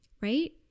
right